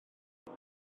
beth